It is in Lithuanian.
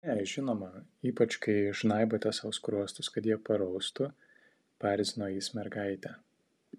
ne žinoma ypač kai žnaibote sau skruostus kad jie paraustų paerzino jis mergaitę